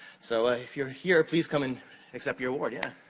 so, if you're here, please come and accept your award. yeah